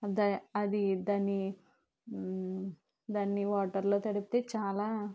అదే అది దాన్ని దాన్ని వాటర్ లో తడిపితే చాలా